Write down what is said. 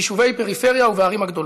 ביישובי פריפריה ובערים הגדולות.